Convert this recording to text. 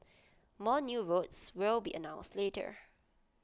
more new routes will be announced later